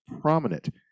prominent